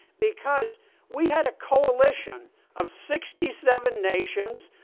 because we had a coalition of sixty seven nations,